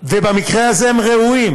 ובמקרה הזה הם ראויים,